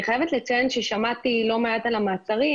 אני חייבת לציין ששמעתי לא מעט על המעצרים,